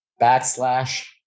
backslash